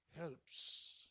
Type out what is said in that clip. helps